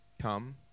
come